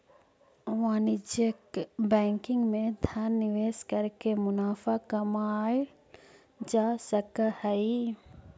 वाणिज्यिक बैंकिंग में धन निवेश करके मुनाफा कमाएल जा सकऽ हइ